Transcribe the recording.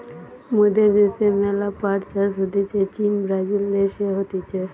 মোদের দ্যাশে ম্যালা পাট চাষ হতিছে চীন, ব্রাজিল দেশে হতিছে